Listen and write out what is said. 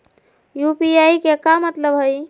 UPI के का मतलब हई?